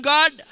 God